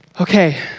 Okay